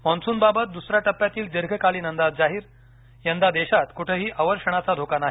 monsoon बाबत दसर्याक टप्प्यातील दीर्घकालीन अंदाज जाहीर यदा देशात कुठेही अवर्षणाचा धोका नाही